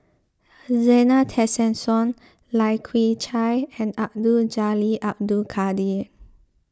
Zena Tessensohn Lai Kew Chai and Abdul Jalil Abdul Kadir